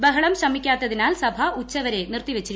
ബഹളം ശമിക്കാത്തതിനാൽ സഭ ഉച്ചവരെ നിർത്തി വച്ചു